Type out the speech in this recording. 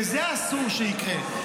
וזה אסור שיקרה,